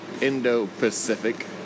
Indo-Pacific